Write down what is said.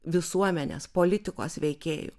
visuomenės politikos veikėjų